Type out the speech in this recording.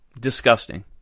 Disgusting